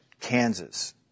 Kansas